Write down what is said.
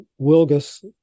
wilgus